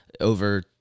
over